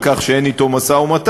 על כך שאין אתו משא-ומתן,